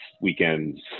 weekends